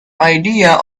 idea